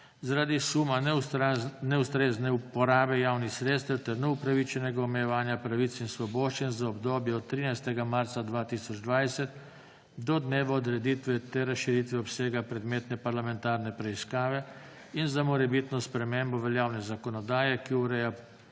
zaradi suma neustrezne porabe javnih sredstev ter neupravičenega omejevanja pravic in svoboščin, za obdobje od 13. marca 2020 do dneva odreditve ter razširitve obsega predmetne parlamentarne preiskave in za morebitno spremembo veljavne zakonodaje, ki ureja